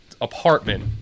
Apartment